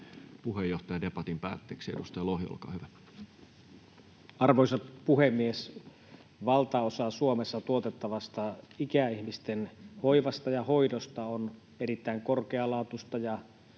puheenjohtaja debatin päätteeksi. — Edustaja Lohi, olkaa hyvä. Arvoisa puhemies! Valtaosa Suomessa tuotettavasta ikäihmisten hoivasta ja hoidosta on erittäin korkealaatuista